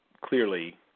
clearly